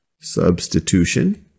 Substitution